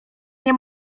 nie